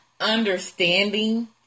understanding